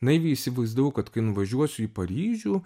naiviai įsivaizdavau kad kai nuvažiuosiu į paryžių